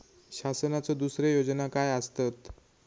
शासनाचो दुसरे योजना काय आसतत?